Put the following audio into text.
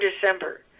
December